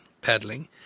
paddling